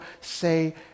say